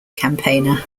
campaigner